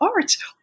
Arts